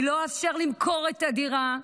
אני לא אאפשר למכור את הדירה,